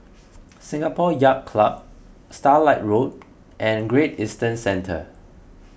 Singapore Yacht Club Starlight Road and Great Eastern Centre